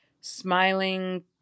smiling